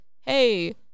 hey